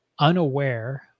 unaware